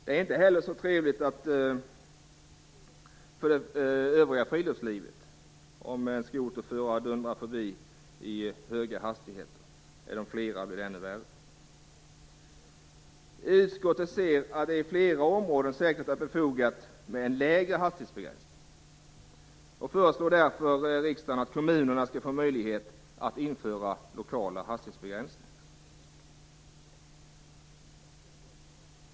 Det är ju inte så trevligt för övriga friluftslivet heller om en skoterförare dundrar förbi med hög hastighet. Är det flera skoterförare blir det ju ännu värre. Utskottet anser att det i flera områden säkert är befogat att ha en lägre hastighetsbegränsning och föreslår därför att riksdagen beslutar att kommunerna får möjlighet att införa lokal hastighetsbegränsning.